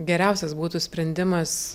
geriausias būtų sprendimas